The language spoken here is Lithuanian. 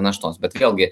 naštos bet vėlgi